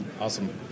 Awesome